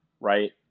right